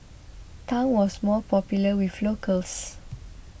Tang was more popular with locals